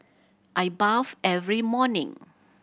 I bathe every morning